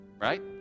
Right